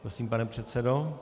Prosím, pane předsedo.